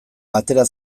atera